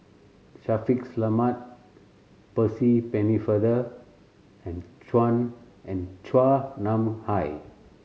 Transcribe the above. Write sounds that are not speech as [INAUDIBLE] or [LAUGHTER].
Shaffiq Selamat Percy Pennefather and [UNINTELLIGIBLE] and Chua Nam Hai